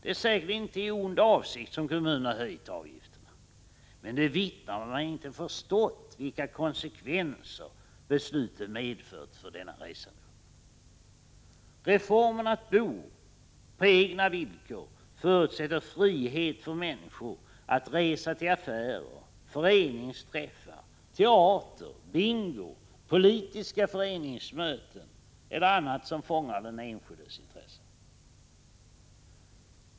Det är säkerligen inte i ond avsikt som kommunerna höjt avgifterna — men det vittnar om att man inte förstått vilka konsekvenser besluten medfört för denna resandegrupp. Reformen att ”bo på egna villkor” förutsätter frihet för människor att resa till affärer, föreningsträffar, teater, bingo, politiska föreningsmöten eller annat som fångar den enskildes intresse.